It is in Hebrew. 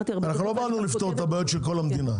אנחנו לא באנו לפתור את הבעיות של כל המדינה.